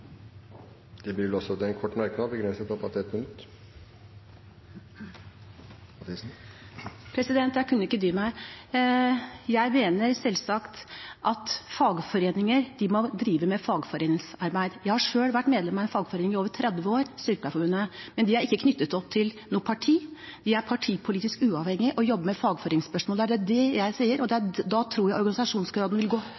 til en kort merknad, begrenset til 1 minutt. Jeg kunne ikke dy meg: Jeg mener selvsagt at fagforeninger må drive med fagforeningsarbeid. Jeg har selv vært medlem av en fagforening i over 30 år, Sykepleierforbundet, men de er ikke knyttet opp til noe parti, de er partipolitisk uavhengige og jobber med fagforeningsspørsmål. Det er det jeg sier. Jeg tror organisasjonsgraden vil gå